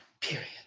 period